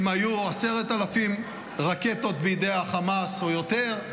אם היו 10,000 רקטות בידי החמאס או יותר,